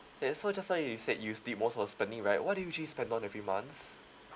yes so just now you said you used it most was spending right what do you usually spend on every month